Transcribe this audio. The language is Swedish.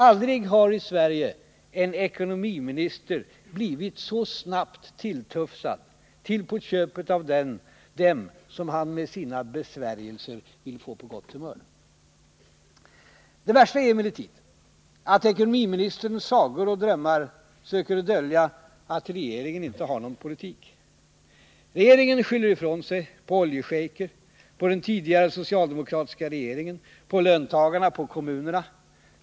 Aldrig har i Sverige en ekonomiminister blivit så snabbt tilltufsad, till på köpet av dem han med sina besvärjelser vill få på gott humör. Det värsta är emellertid att ekonomiministerns sagor och drömmar söker dölja att regeringen inte har någon politik. Regeringen skyller ifrån sig — på oljeschejker, på den tidigare socialdemokratiska regeringen, på löntagarna, på kommunerna.